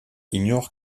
ignore